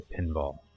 pinball